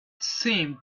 seemed